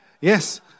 Yes